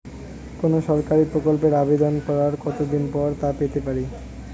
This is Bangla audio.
কোনো সরকারি প্রকল্পের আবেদন করার কত দিন পর তা পেতে পারি?